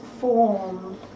form